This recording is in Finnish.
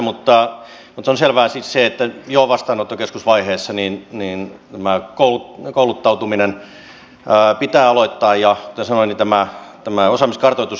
on selvää siis se että jo vastaanottokeskusvaiheessa tämä kouluttautuminen pitää aloittaa ja kuten sanoin tämä osaamiskartoitus on ensimmäinen